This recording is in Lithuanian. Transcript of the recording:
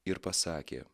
ir pasakė